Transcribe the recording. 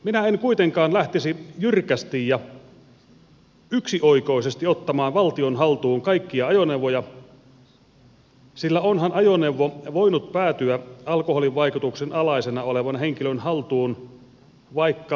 minä en kuitenkaan lähtisi jyrkästi ja yksioikoisesti ottamaan valtion haltuun kaikkia ajoneuvoja sillä onhan ajoneuvo voinut päätyä alkoholin vaikutuksen alaisena olevan henkilön haltuun vaikka anastuksen kautta